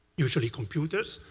usually computers.